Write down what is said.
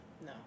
No